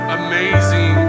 amazing